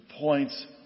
points